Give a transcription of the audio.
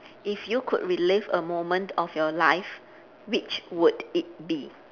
if you could relive a moment of your life which would it be